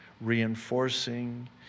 reinforcing